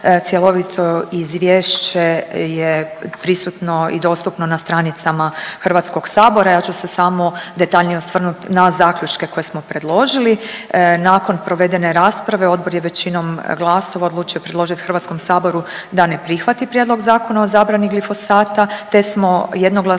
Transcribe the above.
Cjelovito izvješće je prisutno i dostupno na stranicama Hrvatskog sabora. Ja ću se samo detaljnije osvrnuti na zaključke koje smo predložili. Nakon provedene rasprave odbor je većinom glasova odlučio predložiti Hrvatskom saboru da ne prihvati Prijedlog zakona o zabrani glifosata,